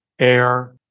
Air